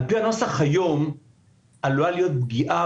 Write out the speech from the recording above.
על פי הנוסח היום עלולה להיות פגיעה